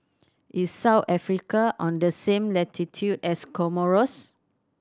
is South Africa on the same latitude as Comoros